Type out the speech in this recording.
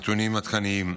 נתונים עדכניים.